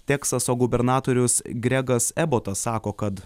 teksaso gubernatorius gregas ebota sako kad